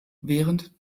während